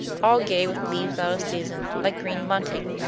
all gay with leaves out of season, like green bunting.